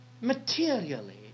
materially